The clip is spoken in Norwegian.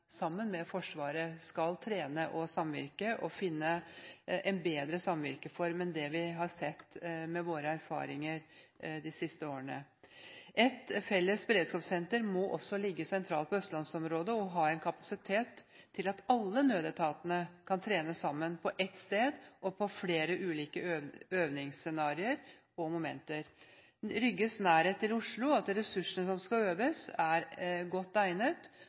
sammen med Forsvaret for å finne en bedre samvirkeform enn den vi har sett ut fra våre erfaringer de siste årene. Et felles beredskapssenter må også ligge sentralt i østlandsområdet og ha en kapasitet som gjør at alle nødetatene kan trene sammen på ett sted og på flere ulike øvingsscenarier og -momenter. Rygge er nær Oslo, og ressursene som skal øves, er godt egnet.